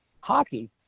Hockey